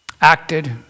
acted